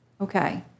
Okay